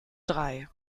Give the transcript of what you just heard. drei